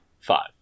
Five